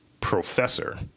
professor